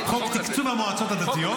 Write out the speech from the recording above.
זה חוק תקצוב המועצות הדתיות.